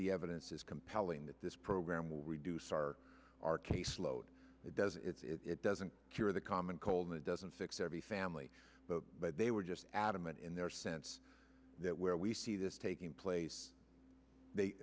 the evidence is compelling that this program will reduce our our caseload it does it it doesn't cure the common cold it doesn't fix every family but they were just adamant in their sense that where we see this taking place th